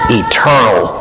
eternal